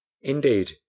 Indeed